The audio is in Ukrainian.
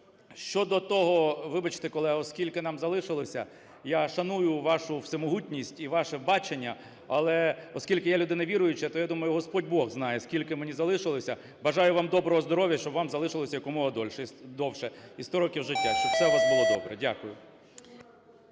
Щодо того, вибачте, колеги, скільки нам залишилося. Я шаную вашу всемогутність і ваше бачення, але оскільки я – людина віруюча, то я думаю, Господь Бог знає, скільки мені залишилося. Бажаю вам доброго здоров'я і щоб вам залишилося якомога довше і сто років життя, щоб все у вас було добре. Дякую.